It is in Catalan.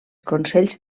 consells